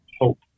hope